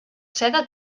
sega